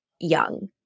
young